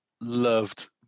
loved